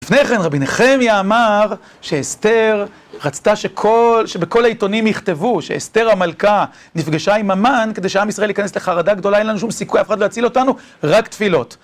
לפני כן רבי נחמיה אמר שאסתר, רצתה שבכל העיתונים יכתבו שאסתר המלכה נפגשה עם המן כדי שעם ישראל ייכנס לחרדה גדולה אין לנו שום סיכוי אף אחד לא יציל אותנו, רק תפילות